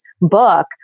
book